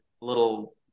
little